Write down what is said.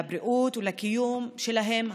לבריאות ולקיום שלהם,